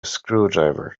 screwdriver